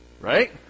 Right